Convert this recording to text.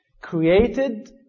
Created